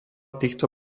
týchto